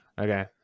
Okay